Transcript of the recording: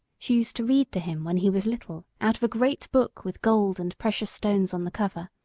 she used to read to him, when he was little, out of a great book with gold and precious stones on the cover,